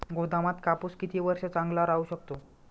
गोदामात कापूस किती वर्ष चांगला राहू शकतो?